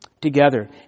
together